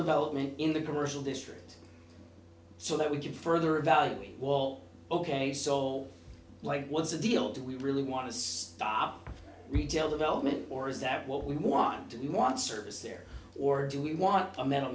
development in the commercial district so that we can further evaluate well ok so like what's the deal do we really want to stop retail development or is that what we want do you want service there or do we want a m